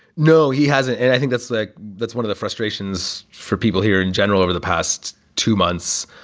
no, he hasn't. and i think that's like that's one of the frustrations for people here in general. over the past two months,